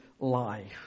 life